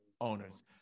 owners